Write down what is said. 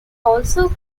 also